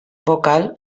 vocal